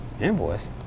invoice